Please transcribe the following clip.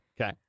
Okay